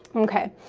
okay.